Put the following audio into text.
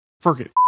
Forget